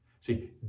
See